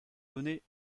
donné